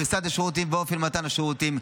פריסת השירותים ואופן מתן השירותים,